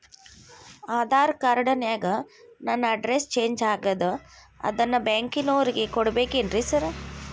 Aadhaar card ನ್ಯಾಗ ನನ್ address change ಆಗ್ಯಾದ ಅದನ್ನ ಬ್ಯಾಂಕಿನೊರಿಗೆ ಕೊಡ್ಬೇಕೇನ್ರಿ ಸಾರ್?